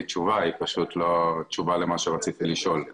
תשובה אבל זאת לא תשובה למה שרציתי לשאול.